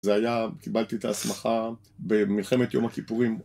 זה היה..קיבלתי את ההסמכה במלחמת יום הכיפורים